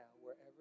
wherever